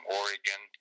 oregon